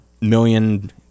million